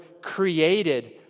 created